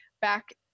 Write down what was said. back